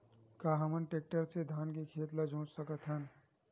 का हमन टेक्टर से धान के खेत ल जोत सकथन?